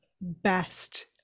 best